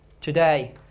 today